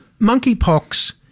monkeypox